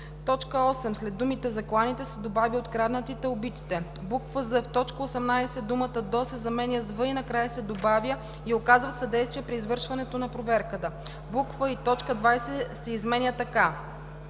в т. 8 след думата „закланите“ се добавя „откраднатите, убитите“; з) в т. 18 думата „до“ се заменя с „в“ и накрая се добавя „и оказват съдействие при извършването на проверката“; и) точка 20 се изменя така: